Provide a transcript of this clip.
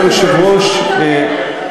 אדוני היושב-ראש,